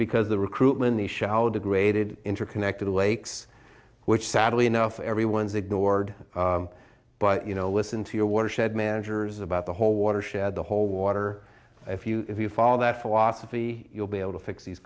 because the recruitment the show how degraded interconnected lakes which sadly enough everyone's ignored but you know listen to your watershed managers about the watershed the whole water if you if you follow that philosophy you'll be able to fix these